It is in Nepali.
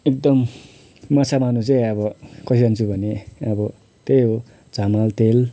एकदम माछा मार्न चाहिँ अब कहिले जान्छु भने अब त्यही हो चामल तेल